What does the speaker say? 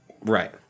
Right